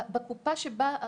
בקופה שבה,